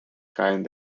caen